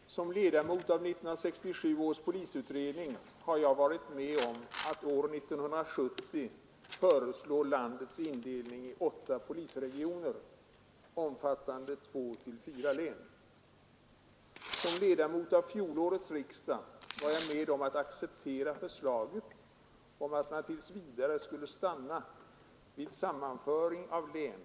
Herr talman! Som ledamot av 1967 års polisutredning har jag varit med om att år 1970 föreslå landets indelning i åtta polisregioner, omfattande två—fyra län. Som ledamot av fjolårets riksdag var jag med om att acceptera förslaget om att man tills vidare skulle stanna vid sammanföring av län,